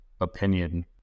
opinion